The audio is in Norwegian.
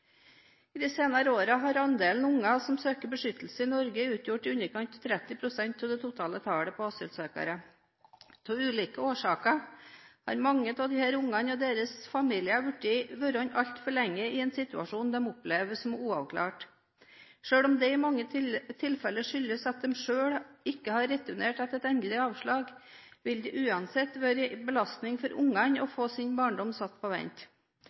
I de senere årene har andelen barn som søker beskyttelse i Norge, utgjort i underkant av 30 pst. av det totale tallet på asylsøkere. Av ulike årsaker har mange av disse barna og deres familier vært altfor lenge i en situasjon de opplever som uavklart. Selv om dette i mange tilfeller skyldes at de selv ikke har returnert etter endelig avslag, vil det uansett være en belastning for barn å få sin barndom satt på vent.